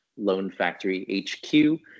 LoanFactoryHQ